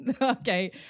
Okay